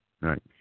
right